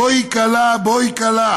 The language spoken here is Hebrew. בואי כלה בואי כלה.